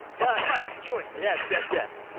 justify this choice yes, yes, yes.